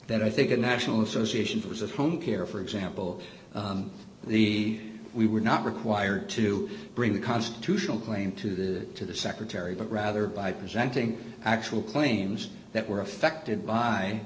that i think a national associations was of home care for example the we were not required to bring the constitutional claim to the to the secretary but rather by presenting actual claims that were affected by